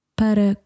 para